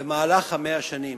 במהלך 100 השנים,